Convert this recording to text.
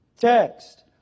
text